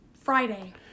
Friday